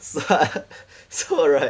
so I so right